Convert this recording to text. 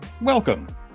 welcome